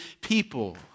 people